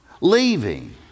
leaving